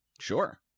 Sure